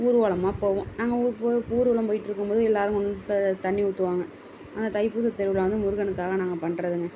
ஊர்வலமாக போவோம் நாங்கள் ஊர்வலம் போயிட்டிருக்கும்போது எல்லோரும் கொண்டு வந்து தண்ணி ஊற்றுவாங்க அந்த தைப்பூச திருவிழா வந்து முருகனுக்காக நாங்கள் பண்ணுறதுங்க